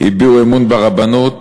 הביעו אמון ברבנות,